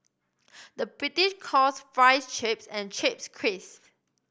the British calls fries chips and chips crisp